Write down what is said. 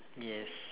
yes